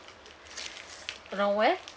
around where